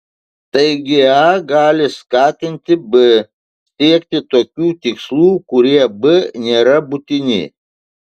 taigi a gali skatinti b siekti tokių tikslų kurie b nėra būtini